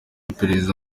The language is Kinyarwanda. iperereza